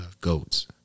goats